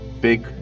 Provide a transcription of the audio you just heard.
Big